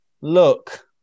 Look